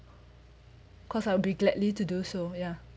cause I will be gladly to do so ya